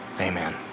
amen